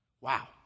Wow